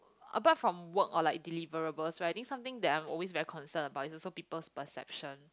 apart from work or like deliverables right I think something that I'm always very concerned about is also people's perception